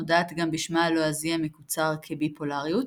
נודעת גם בשמה הלועזי המקוצר כ"בי־פולאריות",